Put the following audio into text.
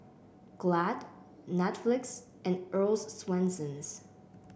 Glad Netflix and Earl's Swensens